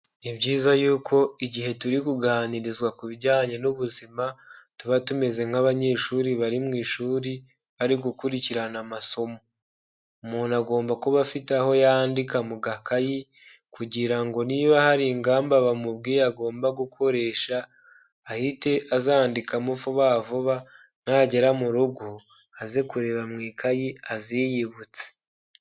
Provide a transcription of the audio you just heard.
Ni byiza yuko igihe turi kuganirizwa ku bijyanye n'ubuzima tuba tumeze nk'abanyeshuri bari mu ishuri bari gukurikirana amasomo. Umuntu agomba kuba afite aho yandika mu gakayi kugira ngo niba hari ingamba bamubwiye agomba gukoresha ahite azandikamo vuba vuba, nagera mu rugo aze kureba mu ikayi aziyibutse.